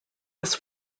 was